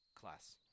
class